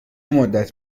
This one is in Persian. مدت